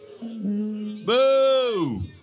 Boo